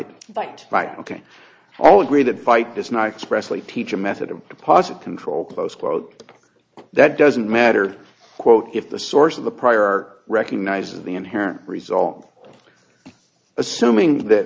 right right ok all agree that fight this nice pressley teaching method of deposit control close quote that doesn't matter quote if the source of the prior art recognizes the inherent result assuming that